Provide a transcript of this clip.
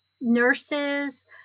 nurses